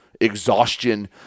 exhaustion